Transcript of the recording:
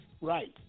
right